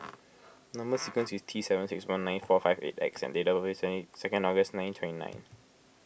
Number Sequence is T seven six one nine four five eight X and date of birth is any second August nineteen twenty nine